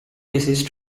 disease